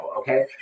okay